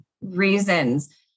reasons